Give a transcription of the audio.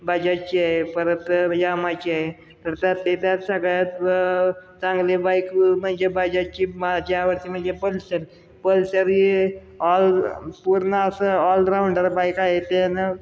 बजाजची आहे परत यामाहाची आहे तर त्यात ते त्यात सगळ्यात चांगले बाईक म्हणजे बजाजची माझ्या आवडती म्हणजे पल्सर पल्सर ही ऑल पूर्ण असं ऑलराऊंडर बाईक आहे त्यानं